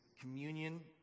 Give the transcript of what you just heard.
communion